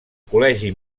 col·legi